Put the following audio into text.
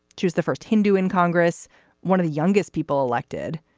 she was the first hindu in congress one of the youngest people elected.